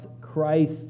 Christ